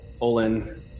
Olin